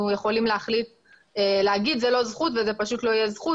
יכולים להחליט להגיד שזה לא זכות וזה פשוט לא יהיה זכות.